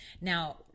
Now